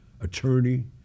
attorney